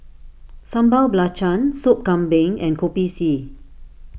Sambal Belacan Sop Kambing and Kopi C